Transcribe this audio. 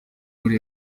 muri